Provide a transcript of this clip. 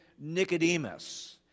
Nicodemus